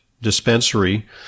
dispensary